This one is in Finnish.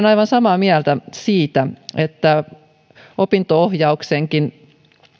aivan samaa mieltä siitä että opinto ohjauksenkin